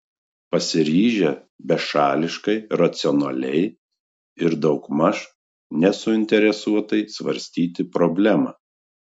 pasiryžę bešališkai racionaliai ir daugmaž nesuinteresuotai svarstyti problemą